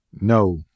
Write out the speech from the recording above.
No